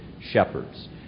shepherds